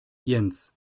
jens